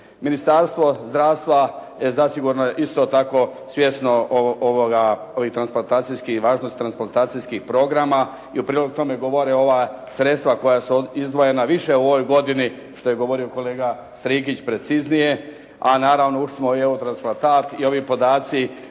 Ministarstvo zdravstva zasigurno je isto tako svjesno važnosti ovih transplantacijskih programa i u prilog tome govore ova sredstva koja su izdvojena više u ovoj godini što je govorio kolega Strikić preciznije a naravno ušli smo i u Eurotransplantat i ovi podaci